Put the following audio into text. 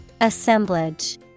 Assemblage